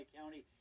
County